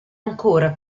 ancora